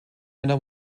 other